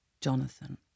Jonathan